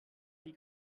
die